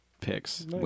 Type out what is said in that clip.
picks